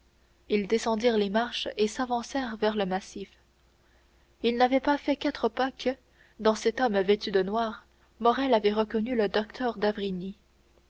ils descendirent les marches et s'avancèrent vers le massif ils n'avaient pas fait quatre pas que dans cet homme vêtu de noir morrel avait reconnu le docteur d'avrigny